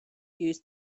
use